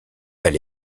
elle